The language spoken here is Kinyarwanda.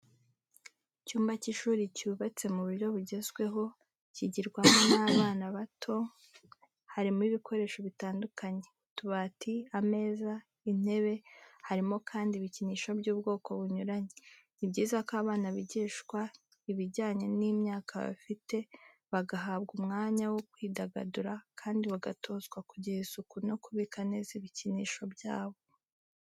Icyumba cy'ishuri cyubatse mu buryo bugezweho kigirwamo n'abana bato harimo ibikoresho bitandukanye: utubati, ameza, intebe harimo kandi ibikinisho by'ubwoko bunyuranye. Ni byiza ko abana bigishwa bijyanye n'imyaka bafite, bagahabwa umwanya wo kwidagadura kandi bagatozwa kugira isuku no kubika neza ibikinisho byabo.